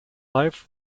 live